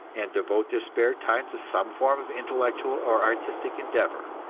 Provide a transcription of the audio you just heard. and devote their spare time to some form of intellectual or artistic endeavor,